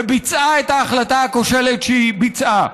וביצעה את ההחלטה הכושלת שהיא ביצעה.